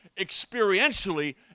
experientially